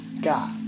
God